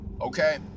Okay